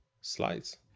slides